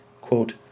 quote